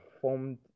formed